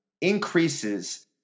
increases